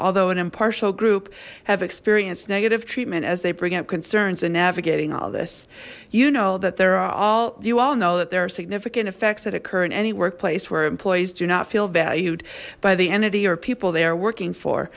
although an impartial group have experienced negative treatment as they bring up concerns and navigating all this you know that there are all you all know that there are significant effects that occur in any workplace where employees do not feel valued by the entity or people they are working for